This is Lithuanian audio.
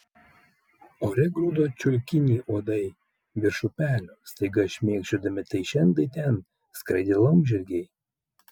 ore grūdo čiulkinį uodai virš upelio staiga šmėkščiodami tai šen tai ten skraidė laumžirgiai